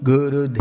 Guru